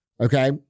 Okay